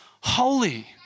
holy